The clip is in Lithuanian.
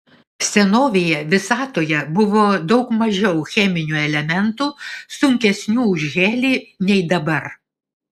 senovėje visatoje buvo daug mažiau cheminių elementų sunkesnių už helį nei dabar